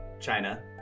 china